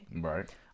Right